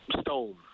Stone